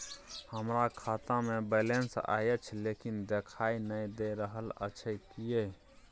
हमरा खाता में बैलेंस अएछ लेकिन देखाई नय दे रहल अएछ, किये?